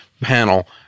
panel